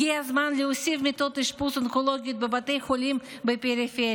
הגיע הזמן להוסיף מיטות אשפוז אונקולוגיות בבתי החולים בפריפריה.